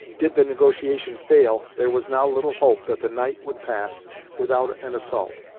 did the negotiation fail, there was now little hope that the night would pass without an assault,